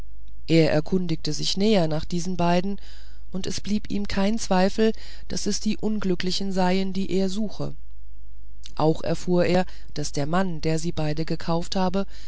er erkundigte sich näher nach diesen beiden und es blieb ihm kein zweifel daß es die unglücklichen seien die er suche auch erfuhr er daß der mann der sie beide gekauft habe